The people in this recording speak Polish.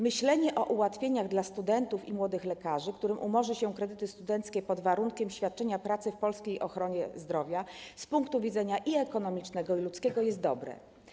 Myślenie o ułatwieniach dla studentów i młodych lekarzy, którym umorzy się kredyty studenckie pod warunkiem świadczenia pracy w polskiej ochronie zdrowia, z punktu widzenia ekonomicznego i ludzkiego jest dobre.